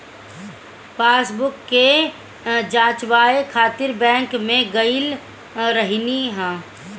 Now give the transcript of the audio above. passbook के जचवाए खातिर बैंक में गईल रहनी हअ